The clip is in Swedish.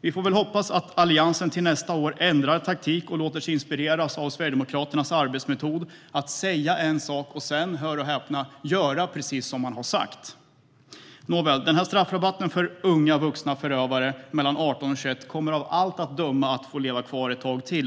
Vi får väl hoppas att Alliansen till nästa år ändrar taktik och låter sig inspireras av Sverigedemokraternas arbetsmetod: att säga en sak och sedan, hör och häpna, göra precis som man har sagt. Nåväl, den här straffrabatten för unga vuxna förövare mellan 18 och 21 år kommer av allt att döma att få leva kvar ett tag till.